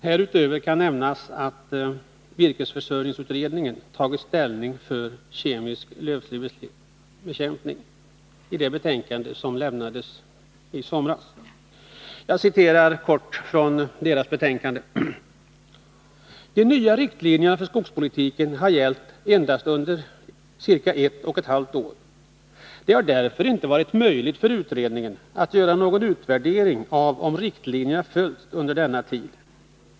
Härutöver kan nämnas att virkesförsörjningsutredningen i sitt i somras avlämnade betänkande tagit ställning för kemisk lövslybekämpning. Jag vill citera följande från dess betänkande: ”De nya riktlinjerna för skogspolitiken har gällt endast under ca ett och ett halvt år. Det har därför inte varit möjligt för utredningen att göra någon utvärdering av om riktlinjerna följts under denna tid.